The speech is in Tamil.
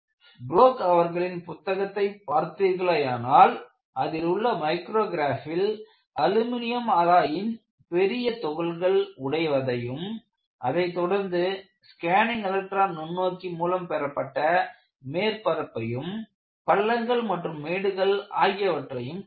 ப்ரோக் அவர்களின் புத்தகத்தை பார்த்தீர்களேயானால் அதில் உள்ள மைக்ரோகிராப்பில் அலுமினியம் அலாயின் பெரிய துகள்கள் உடைவதையும் அதைத் தொடர்ந்து ஸ்கேனிங் எலக்ட்ரான் நுண்ணோக்கி மூலம் பெறப்பட்ட மேற்பரப்பையும் பள்ளங்கள் மற்றும் மேடுகள் ஆகியவற்றையும் காணலாம்